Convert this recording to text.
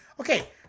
Okay